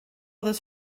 this